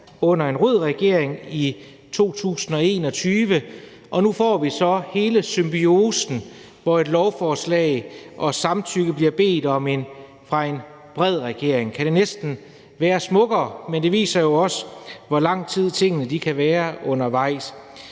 under en rød regering i 2021, og nu får vi så hele symbiosen, hvor et lovforslag fra en bred regering får samtykke. Kan det næsten være smukkere? Men det viser jo også, hvor lang tid tingene kan være undervejs.